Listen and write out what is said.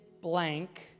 blank